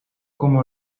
como